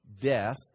death